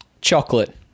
chocolate